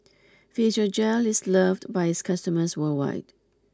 Physiogel is loved by its customers worldwide